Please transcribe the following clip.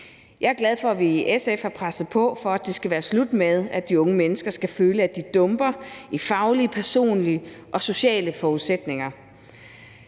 Jeg er glad for, at vi i SF har presset på for, at det skal være slut med, at de unge mennesker skal føle, at de dumper i faglige, personlige og sociale forudsætninger.